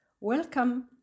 Welcome